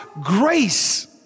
grace